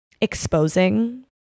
exposing